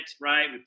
right